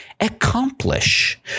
accomplish